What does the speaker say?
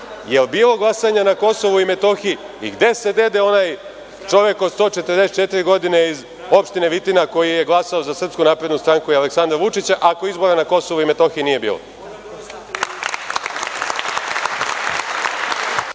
li je bilo glasanja na Kosovu i Metohiji i gde se dede onaj čovek od 144 godine iz opštine Vitina koji je glasao za SNS i Aleksandra Vučića, ako izbora na Kosovu i Metohiji nije bilo?